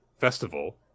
festival